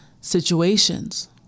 situations